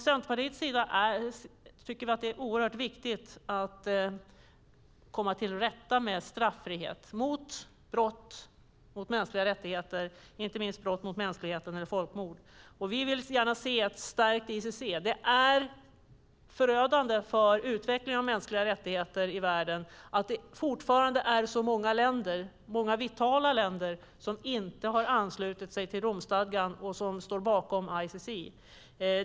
Centerpartiet tycker att det är viktigt att komma till rätta med straffrihet mot brott mot mänskliga rättigheter, inte minst när det gäller folkmord. Vi vill gärna se ett stärkt ICC. Det är förödande för utvecklingen av mänskliga rättigheter i världen att så många vitala länder ännu inte har anslutit sig till Romstadgan och ställt sig bakom ICC.